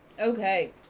Okay